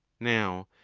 now,